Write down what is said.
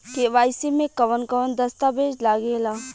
KYC में कवन कवन दस्तावेज लागे ला?